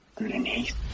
underneath